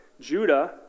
Judah